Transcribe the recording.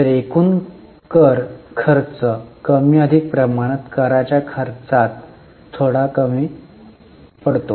तर एकूण कर खर्च कमी अधिक प्रमाणात कराच्या खर्चात थोडा कमी पडतो